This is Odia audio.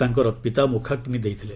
ତାଙ୍କର ପିତା ମୁଖାଗ୍ନି ଦେଇଥିଲେ